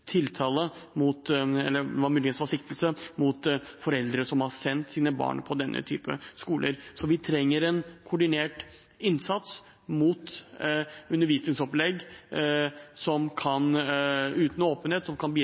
tiltale – eller det var muligens siktelse – mot foreldre som har sendt sine barn til denne typen skoler. Vi trenger en koordinert innsats mot undervisningsopplegg uten åpenhet som kan bidra